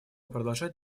продолжать